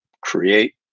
create